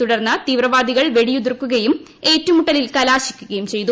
തുടർന്ന് തീവ്രവാദികൾ വെടിയുതിർക്കുകയും ഏറ്റുമുട്ടലിൽ കലാശിക്കുകയും ചെയ്തു